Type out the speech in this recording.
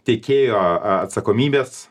tiekėjo atsakomybės